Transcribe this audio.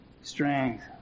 Strength